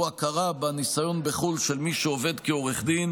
הוא הכרה בניסיון בחו"ל של מי שעובד כעורך דין